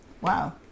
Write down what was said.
Wow